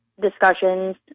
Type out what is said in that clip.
discussions